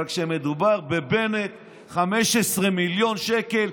אבל כשמדובר בבנט, 15 מיליון שקל.